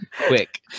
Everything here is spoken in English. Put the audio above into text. Quick